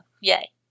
yay